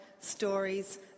stories